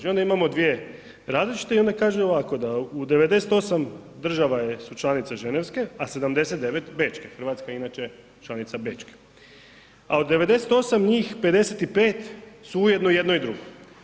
I onda imamo dvije različite i onda kaže ovako da u 98 država su članice Ženevske, a 79 Bečke, Hrvatska je inače članica Bečke, a od 98 njih 55 su ujedno i jedno i drugo.